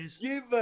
give